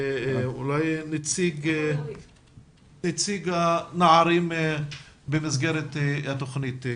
נציג הנערים במסגרת התוכנית.